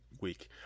week